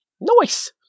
Nice